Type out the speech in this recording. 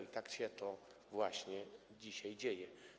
I tak się to właśnie dzisiaj dzieje.